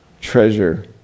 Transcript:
treasure